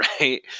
right